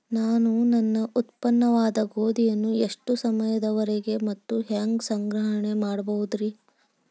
ನಾನು ನನ್ನ ಉತ್ಪನ್ನವಾದ ಗೋಧಿಯನ್ನ ಎಷ್ಟು ಸಮಯದವರೆಗೆ ಮತ್ತ ಹ್ಯಾಂಗ ಸಂಗ್ರಹಣೆ ಮಾಡಬಹುದುರೇ?